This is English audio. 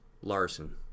Larson